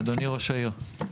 אדוני ראש העיר.